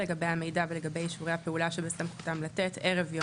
לגבי המידע ולגבי אישור הפעולה שבסמכותם לתת ערב יום,